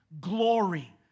glory